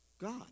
God